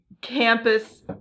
campus